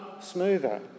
smoother